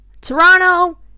Toronto